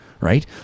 Right